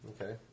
Okay